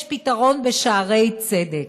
יש פתרון בשערי צדק.